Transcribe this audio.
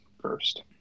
first